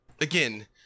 again